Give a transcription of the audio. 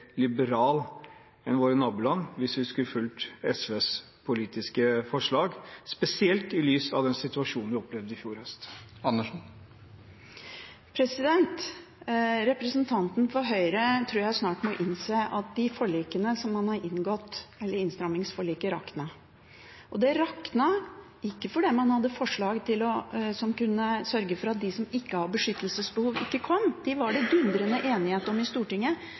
liberal enn i våre naboland – hvis vi skulle fulgt SVs politiske forslag – spesielt i lys av den situasjonen vi opplevde i fjor høst? Jeg tror representanten for Høyre snart må innse at det forliket man har inngått, innstrammingsforliket, raknet. Det raknet, ikke fordi man hadde forslag som kunne sørge for at de som ikke har beskyttelsesbehov, ikke kom – dem var det dundrende enighet om i Stortinget